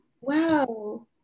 wow